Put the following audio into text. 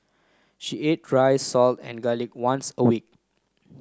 she ate rice salt and garlic once a week